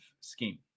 scheme